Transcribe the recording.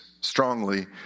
strongly